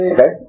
Okay